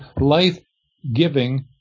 life-giving